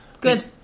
good